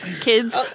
Kids